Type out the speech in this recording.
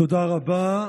תודה רבה.